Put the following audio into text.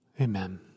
Amen